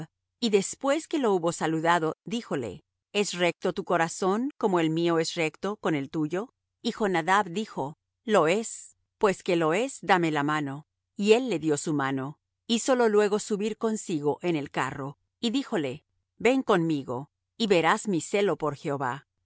y después que lo hubo saludado díjole es recto tu corazón como el mío es recto con el tuyo y jonadab dijo lo es pues que lo es dame la mano y él le dió su mano hízolo luego subir consigo en el carro y díjole ven conmigo y verás mi celo